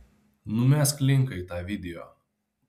numesk linką į tą video